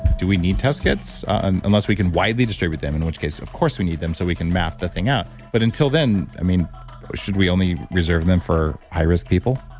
do we need test kits? and unless we can widely distribute them, in which case of course we need them so we can map the thing out, but until then, i mean should we only reserve them for high-risk people?